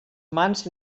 mans